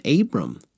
Abram